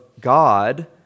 God